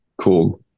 cool